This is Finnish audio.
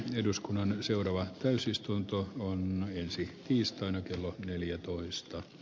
eduskunnan seuraava täysistunto donna ensi tiistaina kello neljätoista